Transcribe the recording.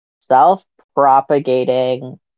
self-propagating